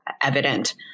evident